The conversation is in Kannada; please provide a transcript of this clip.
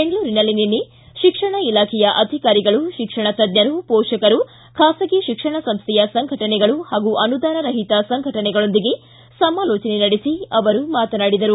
ಬೆಂಗಳೂರಿನಲ್ಲಿ ನಿನ್ನೆ ತಿಕ್ಷಣ ಇಲಾಖೆ ಅಧಿಕಾರಿಗಳು ತಿಕ್ಷಣ ತಜ್ಜರು ಪೋಷಕರು ಖಾಸಗಿ ತಿಕ್ಷಣ ಸಂಸ್ಥೆಯ ಸಂಘಟನೆಗಳು ಹಾಗೂ ಅನುದಾನ ರಹಿತ ಸಂಘಟನೆಗಳೊಂದಿಗೆ ಸಮಾಲೋಚನೆ ನಡೆಸಿ ಅವರು ಮಾತನಾಡಿದರು